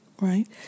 right